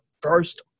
first